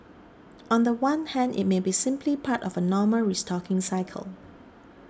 on the one hand it may be simply part of a normal restocking cycle